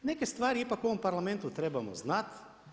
Neke stvari ipak u ovom Parlamentu trebamo znati.